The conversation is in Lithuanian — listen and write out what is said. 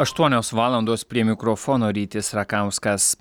aštuonios valandos prie mikrofono rytis rakauskas